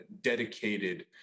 dedicated